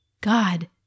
god